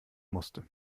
musste